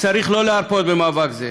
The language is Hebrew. צריך לא להרפות במאבק זה,